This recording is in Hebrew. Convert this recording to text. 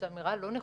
זו אמירה לא נכונה.